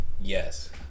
Yes